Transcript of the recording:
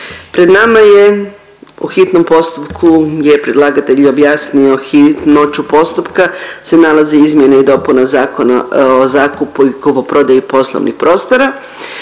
Pred nama je u hitnom postupku gdje je predlagatelj i objasnio hitnoću postupka se nalazi izmjene i dopune Zakona o zakupu i kupoprodaji poslovnih prostora